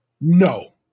No